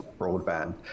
broadband